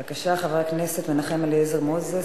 בבקשה, חבר הכנסת מנחם אליעזר מוזס.